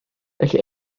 felly